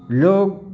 लोक